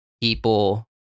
people